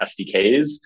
SDKs